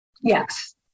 Yes